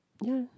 ya